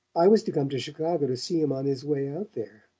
i was to come to chicago to see him on his way out there.